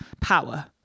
power